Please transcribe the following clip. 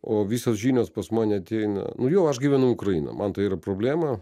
o visos žinios pas mane ateina nu jo aš gyvenu ukraina man tai yra problema